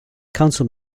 council